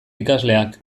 ikasleak